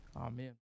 Amen